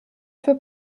für